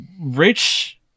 rich